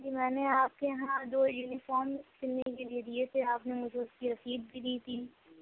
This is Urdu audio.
جی میں نے آپ کے یہاں دو یونیفارم سلنے کے لیے دیے تھے آپ نے مجھے اس کی رسید بھی دی تھی